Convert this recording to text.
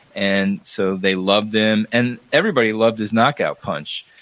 and so they loved him. and everybody loved his knockout punch.